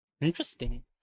Interesting